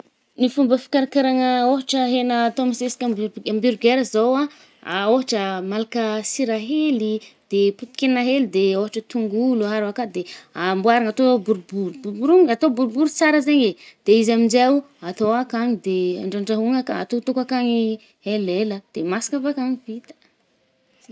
Ny fomba fikarakarahagna ôhatra hegna ah atô misesikà amby-amburguer zao a, ôhatra malaka sira hely i, de poti-kegna hely de ôhatra tongolo aharo akà de amboarigna atô boribory borogno-atô boribory tsara zaigny e. de izy aminjeo atô akàgny de andrandrahogna akà ,atôkotôko akàgny ih elela. De masaka avàkàgny, vita..